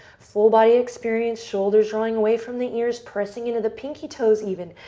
full body experience. shoulders drawing away from the ears. pressing into the pinky toes, even.